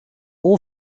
all